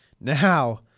Now